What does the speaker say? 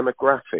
demographic